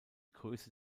größe